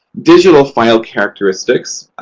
digital file characteristics.